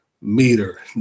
meter